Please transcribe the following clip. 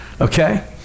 okay